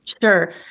Sure